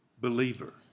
believer